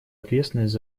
ответственность